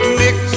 mix